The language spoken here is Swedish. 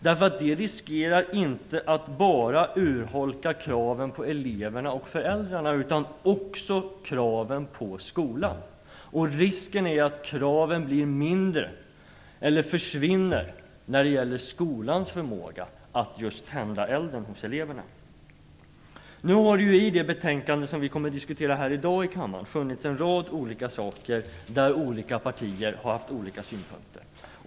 Det riskerar att inte bara urholka kraven på eleverna och föräldrarna, utan också kraven på skolan. Risken är att kraven blir mindre eller försvinner när det gäller skolans förmåga att just tända elden hos eleverna. Nu finns det i det betänkande som vi diskuterar här i dag i kammaren en rad olika frågor där partierna haft olika synpunkter.